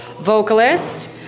vocalist